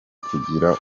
kugira